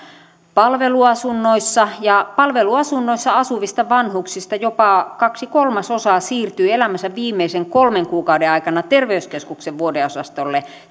palveluasunnoissa ja palveluasunnoissa asuvista vanhuksista tällä hetkellä jopa kaksi kolmasosaa siirtyy elämänsä viimeisten kolmen kuukauden aikana terveyskeskuksen vuodeosastolle